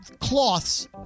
cloths